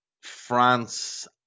France